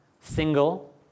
single